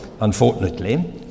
unfortunately